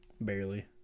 Barely